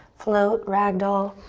float, rag doll.